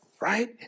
Right